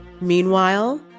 Meanwhile